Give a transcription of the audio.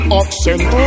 accent